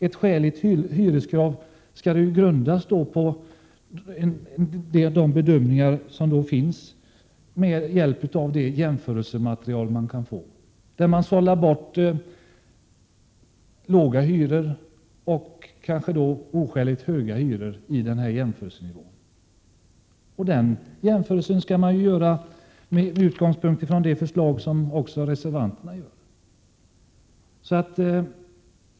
Ett skäligt hyreskrav skall grundas på de bedömningar som görs med hjälp av det jämförelsematerial man kan få. Man sållar bort låga hyror och kanske också oskäligt höga hyror. En sådan jämförelse skall ju göras också om man utgår från reservanternas förslag.